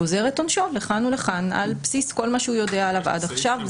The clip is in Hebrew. הוא גוזר את עונשו לכאן או לכאן על בסיס כל מה שהוא יודע עליו עד עכשיו.